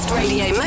Radio